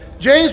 James